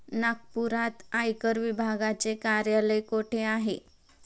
नागपुरात आयकर विभागाचे कार्यालय कुठे आहे?